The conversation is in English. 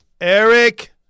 Eric